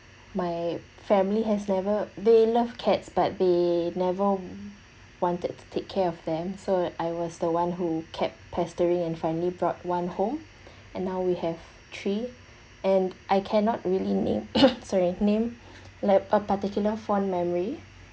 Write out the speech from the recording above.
my family has never they love cats but they never wanted to take care of them so I was the one who kept pestering and finally brought one home and now we have three and I cannot really name sorry name like a particular fond memory